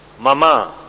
mama